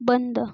बंद